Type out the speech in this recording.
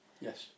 yes